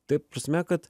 tai prasme kad